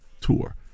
tour